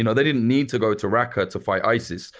you know they didn't need to go to raqqa to fight isis,